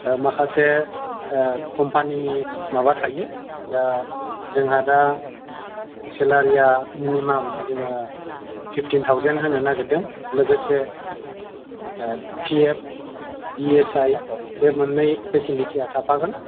ओ माखासे ओ कम्पानिनि माब थायो दा जोंहा दा सालारिआ मिनिमाम फिफ्टिन थाउसेन्ड होनन नागिरदों लोगोसे ओ P F E S I बे मोननै फिसिलिटआ थाफागोन